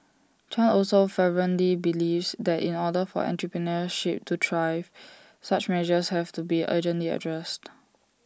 chan also fervently believes that in order for entrepreneurship to thrive such measures have to be urgently addressed